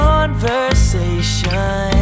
conversation